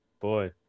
boy